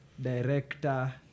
director